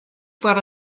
foar